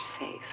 safe